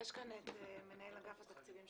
מנהל אגף התקציבים,